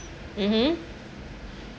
mmhmm